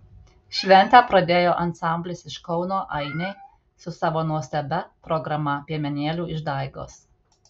šventę pradėjo ansamblis iš kauno ainiai su savo nuostabia programa piemenėlių išdaigos